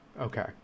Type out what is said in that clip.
okay